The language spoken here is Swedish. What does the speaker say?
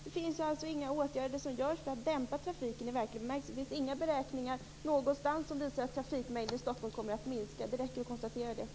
Det vidtas alltså inga åtgärder för att dämpa trafiken i verklig bemärkelse. Det finns inga beräkningar någonstans som visar att trafikmängden i Stockholm kommer att minska. Det räcker att konstatera det.